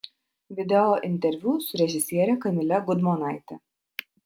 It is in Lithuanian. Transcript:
video interviu su režisiere kamile gudmonaite